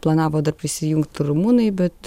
planavo dar prisijungt rumunai bet